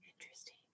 Interesting